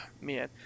man